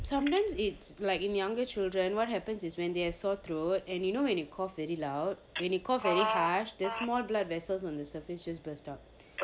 sometimes it's like in younger children what happens is when they have sore throat and you know when you cough very loud you cough very harsh the small blood vessels on the surface just burst out